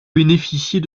bénéficiez